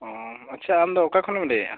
ᱚ ᱟᱪᱪᱷᱟ ᱟᱢ ᱫᱚ ᱚᱠᱟ ᱠᱷᱚᱱ ᱮᱢ ᱞᱟᱹᱭᱮᱜᱼᱟ